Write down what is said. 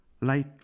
Light